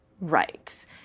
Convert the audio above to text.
right